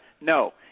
No